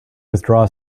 withdraw